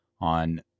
on